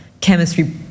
chemistry